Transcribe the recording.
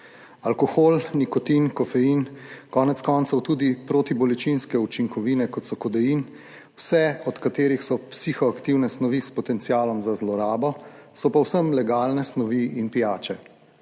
Alkohol, nikotin, kofein, konec koncev tudi protibolečinske učinkovine, kot so kodein, vse od katerih so psihoaktivne snovi s potencialom za zlorabo, so povsem legalne snovi in pijače,